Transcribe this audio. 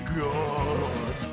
god